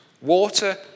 Water